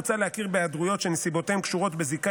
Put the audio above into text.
מוצע להכיר בהיעדרויות שנסיבותיהם קשורות בזיקה